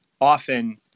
often